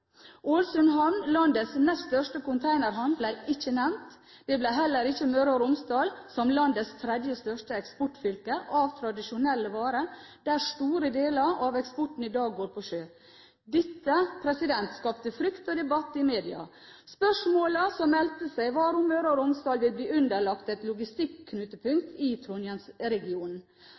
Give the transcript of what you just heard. havn – landets nest største konteinerhavn – ble ikke nevnt. Det ble heller ikke Møre og Romsdal, som er landets tredje største eksportfylke når det gjelder tradisjonelle varer, og der store deler av eksporten i dag går på sjø. Dette skapte frykt og debatt i media. Spørsmålene som meldte seg, var om Møre og Romsdal ville bli underlagt et logistikknutepunkt i Trondheimsregionen,